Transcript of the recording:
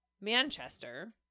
Manchester